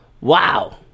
Wow